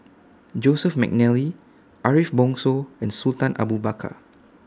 Joseph Mcnally Ariff Bongso and Sultan Abu Bakar